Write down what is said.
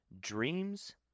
Dreams